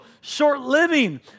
short-living